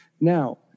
Now